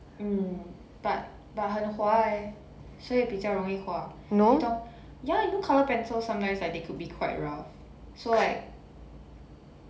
mm but but 很滑 leh 所以比较容易画你懂 ya you know colour pencils sometimes right they can be quite rough so like